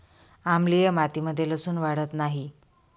आम्लीय मातीमध्ये लसुन वाढत नाही